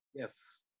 Yes